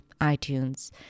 iTunes